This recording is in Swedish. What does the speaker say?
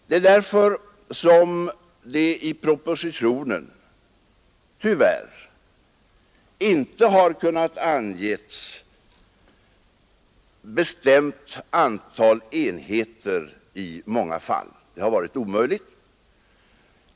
Det är därför som vi tyvärr i propositionen i många fall inte bestämt har kunnat ange antal enheter. Det har varit omöjligt.